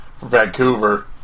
Vancouver